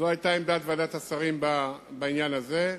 זו היתה עמדת ועדת השרים בעניין הזה.